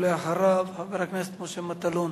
אחריו, חבר הכנסת משה מטלון.